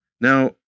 Now